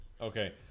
okay